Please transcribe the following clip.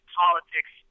politics